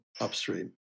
Upstream